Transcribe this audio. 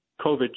COVID